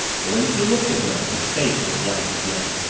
but when she looked at him, his face was blank again.